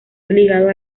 obligado